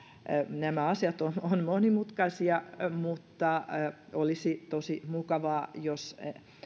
nämä asiat ovat monimutkaisia mutta olisi tosi mukavaa jos